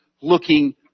looking